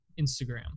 Instagram